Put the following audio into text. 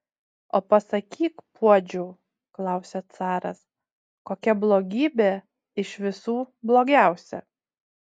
o pasakyk puodžiau klausia caras kokia blogybė iš visų blogiausia